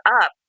up